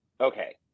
okay